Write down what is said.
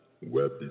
web